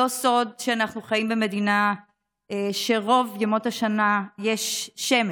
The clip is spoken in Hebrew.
לא סוד שאנחנו חיים במדינה שברוב ימות השנה יש שמש,